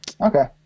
okay